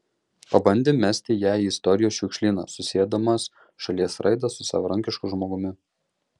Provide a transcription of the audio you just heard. pabandė mesti ją į istorijos šiukšlyną susiedamas šalies raidą su savarankišku žmogumi